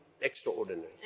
extraordinary